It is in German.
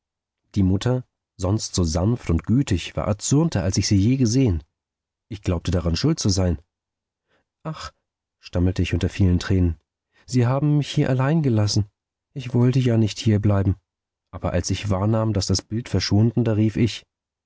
die mutter sonst so sanft und gütig war erzürnter als ich sie je gesehen ich glaubte daran schuld zu sein ach stammelte ich unter vielen tränen sie haben mich hier allein gelassen ich wollte ja nicht hier bleiben aber als ich wahrnahm daß das bild verschwunden da rief ich